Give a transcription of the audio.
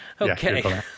Okay